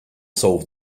solve